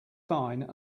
fine